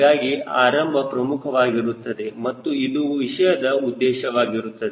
ಹೀಗಾಗಿ ಆರಂಭ ಪ್ರಮುಖವಾಗಿರುತ್ತದೆ ಮತ್ತು ಇದು ಈ ವಿಷಯದ ಉದ್ದೇಶವಾಗಿರುತ್ತದೆ